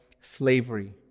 slavery